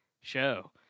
show